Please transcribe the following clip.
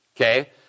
Okay